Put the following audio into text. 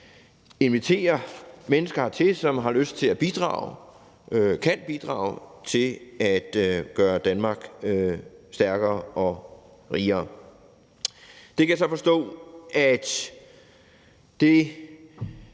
invitere mennesker hertil, som har lyst til at bidrage og kan bidrage til at gøre Danmark stærkere og rigere. Det kan jeg så forstå at